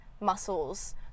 muscles